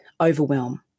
Overwhelm